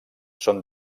són